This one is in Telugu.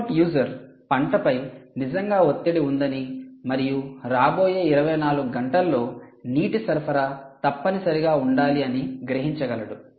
రిమోట్ యూజర్ పంటపై నిజంగా ఒత్తిడి ఉందని మరియు రాబోయే 24 గంటల్లో నీటి సరఫరా తప్పనిసరిగా ఉండాలి అని గ్రహించగలడు